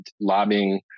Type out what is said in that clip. lobbying